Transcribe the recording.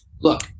look –